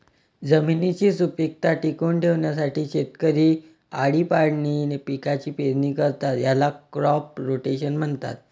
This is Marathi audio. जमिनीची सुपीकता टिकवून ठेवण्यासाठी शेतकरी आळीपाळीने पिकांची पेरणी करतात, याला क्रॉप रोटेशन म्हणतात